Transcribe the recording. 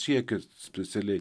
sieki specialiai